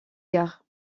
gare